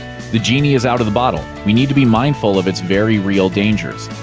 the genie is out of the bottle. we need to be mindful of its very real dangers.